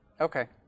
Okay